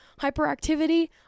Hyperactivity